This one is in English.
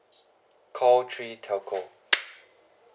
call three telco